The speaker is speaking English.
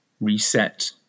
reset